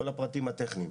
את כל הפרטים הטכניים.